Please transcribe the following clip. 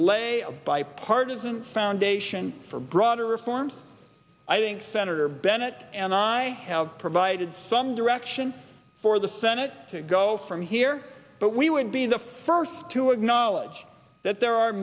lay a bipartisan foundation for broader reform i think senator bennett and i have provided some direction for the senate to go from here but we would be the first to acknowledge that there are